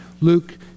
Luke